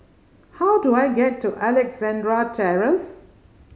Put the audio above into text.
how do I get to Alexandra Terrace